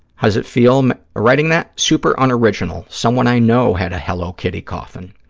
how does it feel um ah writing that? super unoriginal. someone i know had a hello kitty coffin.